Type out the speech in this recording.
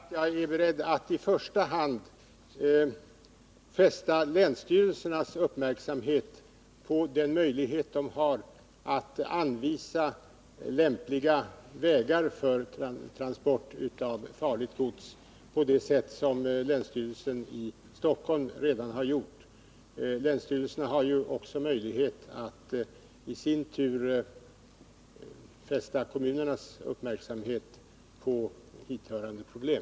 Herr talman! Jag är beredd att i första hand fästa länsstyrelsernas uppmärksamhet på den möjlighet som de har att anvisa lämpliga vägar för transport av farligt gods på det sätt som länsstyrelsen i Stockholm redan har gjort. Länsstyrelserna har också möjlighet att i sin tur fästa kommunernas uppmärksamhet på hithörande problem.